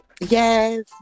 Yes